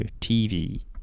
TV